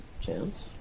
chance